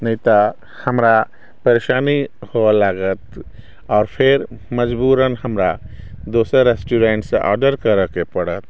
नहि तऽ हमरा परेशानी होइ लागत आआओर फेर मजबूरन हमरा दोसर रेस्टूरेंटसँ ऑर्डर करैके पड़त